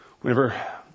whenever